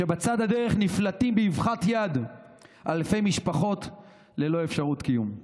שבצד הדרך נפלטות באבחת יד אלפי משפחות ללא אפשרות קיום.